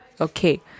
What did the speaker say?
okay